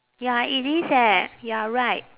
ya it is eh you are right